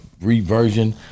reversion